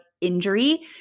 injury